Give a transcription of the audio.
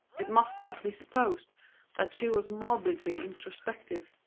it must not be supposed that she was morbidly introspective.